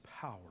power